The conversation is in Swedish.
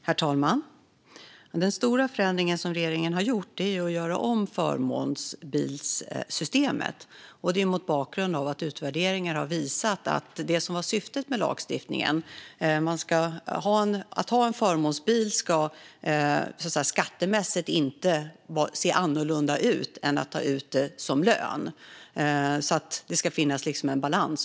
Herr talman! Den stora förändring som regeringen har gjort är att göra om förmånsbilssystemet. Det är mot bakgrund av vad utvärderingar har visat. Att ha en förmånsbil ska skattemässigt inte se annorlunda ut än att ta ut det som lön. Det ska finnas en balans.